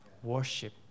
worship